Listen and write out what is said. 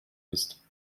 ist